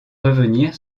revenir